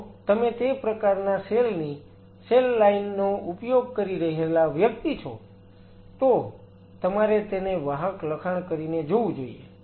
જો તમે તે પ્રકારના સેલ ની સેલ લાઈન ઉપયોગ કરી રહેલા વ્યક્તિ છો તો તમારે તેને વાહક લખાણ કરીને જોવું જોઈએ